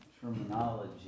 terminology